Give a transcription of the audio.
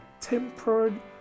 tempered